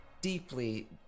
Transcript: deeply